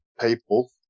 people